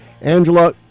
Angela